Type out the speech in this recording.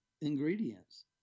ingredients